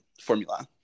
formula